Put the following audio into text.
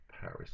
Paris